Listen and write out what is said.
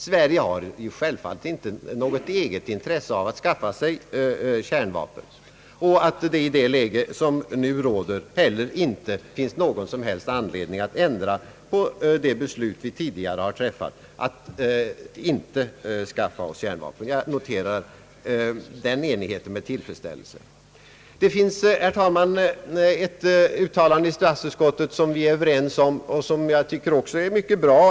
Sverige har självfallet inte något eget intresse av att skaffa sig kärnvapen, och det finns f. n. heller inte någon anledning att ändra på det beslut vi tidigare har träffat att inte skaffa oss kärnvapen. Jag noterar den enigheten med tillfredsställelse. Det finns, herr talman, ett annat uttalande av statsutskottet som vi är överens om och som jag tycker är mycket bra.